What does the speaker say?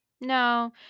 no